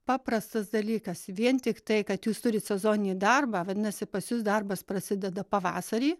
paprastas dalykas vien tik tai kad jūs turit sezoninį darbą vadinasi pas jus darbas prasideda pavasarį